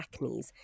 acnes